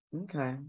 Okay